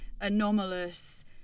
anomalous